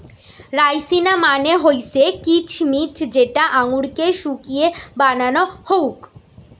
রাইসিনা মানে হৈসে কিছমিছ যেটা আঙুরকে শুকিয়ে বানানো হউক